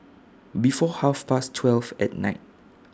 before Half Past twelve At Night